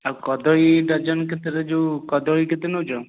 ଆଉ କଦଳୀ ଡଜନ କେତେରେ ଯେଉଁ କଦଳୀ କେତେ ନେଉଛ